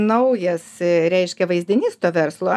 naujas reiškia vaizdinys to verslo